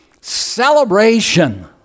Celebration